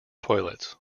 toilets